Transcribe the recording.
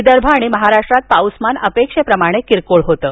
विदर्भ आणि महाराष्ट्रात पाऊसमान अपेक्षेप्रमाणेच किरकोळ होतं